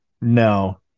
no